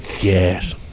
yes